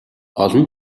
олон